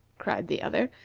cried the other.